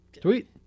Tweet